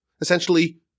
essentially